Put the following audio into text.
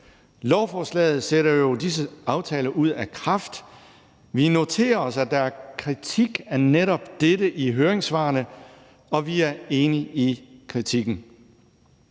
Lovforslaget sætter jo disse aftaler ud af kraft. Vi noterer os, at der er kritik af netop dette i høringssvarene, og vi er enige i kritikken.